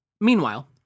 Meanwhile